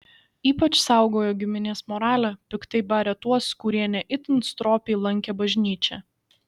ypač saugojo giminės moralę piktai barė tuos kurie ne itin stropiai lankė bažnyčią